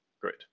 Great